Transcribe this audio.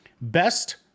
Best